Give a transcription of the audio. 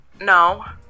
no